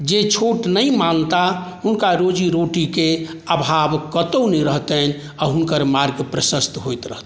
जे छोट नहि मानता हुनका रोजी रोटीक अभाब कतहुँ नहि रहतनि आ हुनकर मार्ग प्रशस्त होइत रहतनि